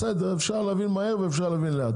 אפשר להבין מהר ואפשר להבין לאט,